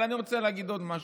אבל אני רוצה להגיד עוד משהו.